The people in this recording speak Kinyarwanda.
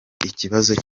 ikibazo